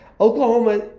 Oklahoma